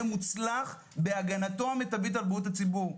מוצלח בהגנתו המיטבית על בריאות הציבור.